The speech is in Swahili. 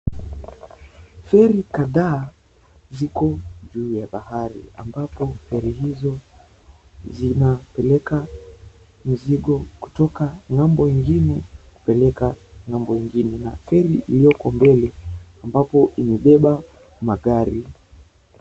Feri kadhaa ziko juu ya bahari ambapo feri hizo zinapeleka mzigo kutoka ng'ambo ingine kupeleka ng'ambo ingine na feri iliyoko mbele ambapo imebeba magari.